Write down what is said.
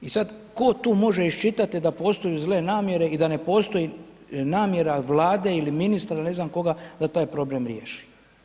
I sad tko tu može iščitati da postoju zle namjere i da ne postoji namjera Vlade ili ministara ili ne znam koga da taj problem riješi.